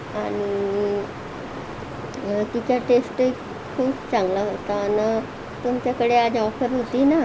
आणि तिचा टेस्टही खूप चांगला होता आणि तुमच्याकडे आज ऑफर होती ना